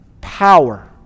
power